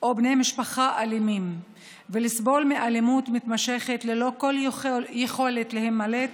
או בני משפחה אלימים ולסבול מאלימות מתמשכת ללא כל יכולת להימלט,